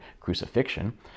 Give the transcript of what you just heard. crucifixion